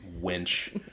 winch